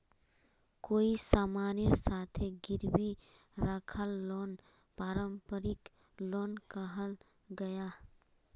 कोए सामानेर साथे गिरवी राखाल लोन पारंपरिक लोन कहाल गयाहा